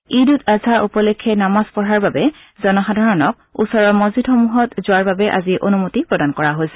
ঈদ উদ আজহা উপলক্ষে নামাজ পঢ়াৰ বাবে জনসাধাৰণক ওচৰৰ মছজিদসমূহত যোৱাৰ বাবে আজি অনুমতি প্ৰদান কৰা হৈছে